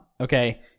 okay